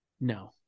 No